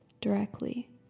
directly